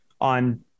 on